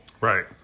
Right